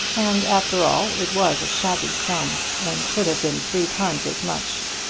and after all it was a shabby sum, and should have been three times as much.